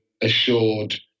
assured